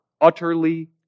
utterly